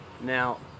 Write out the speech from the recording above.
Now